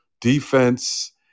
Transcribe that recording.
defense